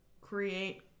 create